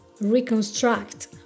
reconstruct